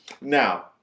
now